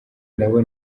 nabo